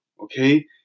okay